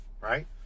Right